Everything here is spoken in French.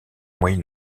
moyen